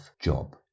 job